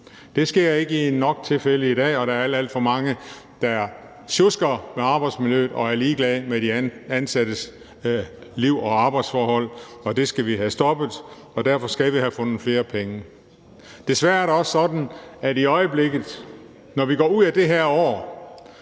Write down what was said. Det sker ikke i nok tilfælde i dag, og der er alt, alt for mange, der sjusker med arbejdsmiljøet og er ligeglade med de ansattes liv og arbejdsforhold. Det skal vi have stoppet, og derfor skal vi have fundet flere penge. Desværre er det også sådan, at når vi går ud af det her år,